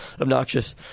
obnoxious